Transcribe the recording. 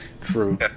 True